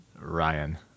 Ryan